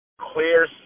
clear